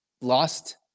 lost